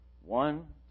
one